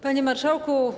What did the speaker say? Panie Marszałku!